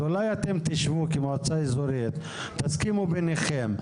אז אולי אתם כמועצה אזורית תשבו ותסכימו ביניכם,